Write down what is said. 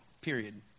period